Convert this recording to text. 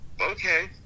Okay